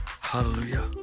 Hallelujah